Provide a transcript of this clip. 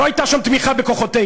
לא הייתה שם תמיכה בכוחותינו.